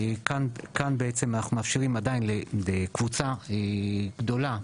כאן אנחנו מאפשרים עדיין לקבוצה גדולה,